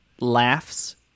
laughs